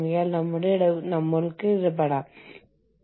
പിന്നെ കയറ്റുമതി വഴിയുള്ള അന്താരാഷ്ട്രവൽക്കരണം ആണ് മറ്റൊന്ന്